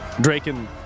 Draken